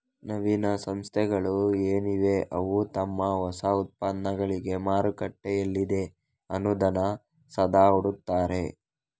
ನವೀನ ಸಂಸ್ಥೆಗಳು ಏನಿವೆ ಅವು ತಮ್ಮ ಹೊಸ ಉತ್ಪನ್ನಗಳಿಗೆ ಮಾರುಕಟ್ಟೆ ಎಲ್ಲಿದೆ ಅನ್ನುದನ್ನ ಸದಾ ಹುಡುಕ್ತಾರೆ